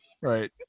right